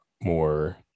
more